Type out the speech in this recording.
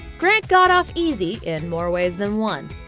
grant got off easy in more ways than one.